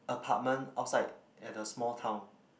apartment outside at the small town